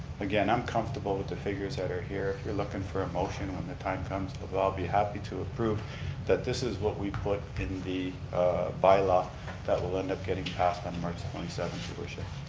again, i'm comfortable with the figures that are here, if you're looking for a motion when the times comes, i'll be happy to approve that this is what we put in the bylaw that will end up getting passed on march twenty seventh, your worship.